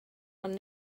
ond